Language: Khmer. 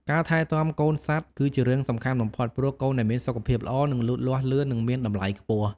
ការថែទាំកូនសត្វគឺជារឿងសំខាន់បំផុត ព្រោះកូនដែលមានសុខភាពល្អនឹងលូតលាស់លឿននិងមានតម្លៃខ្ពស់។